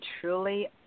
truly